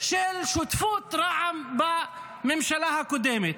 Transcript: של שותפות רע"מ בממשלה הקודמת.